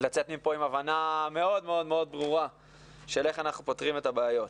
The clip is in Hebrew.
לצאת מכאן עם הבנה של איך אנחנו פותרים את הבעיות.